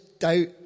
Doubt